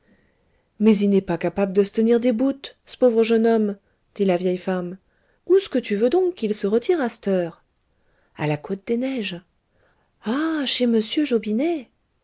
mais y n'est pas capable de s'tenir déboute c'pauvre jeune homme dit la vieille femme ous que tu veux donc qu'il se retire à c't'heure a la côte des neiges ah chez monsieur jobinet